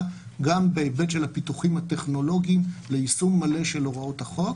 גם בהיבט של הפיתוחים הטכנולוגיים ליישום מלא של הוראות החוק.